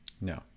no